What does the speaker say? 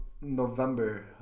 November